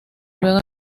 luego